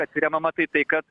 atsiremiama tai tai kad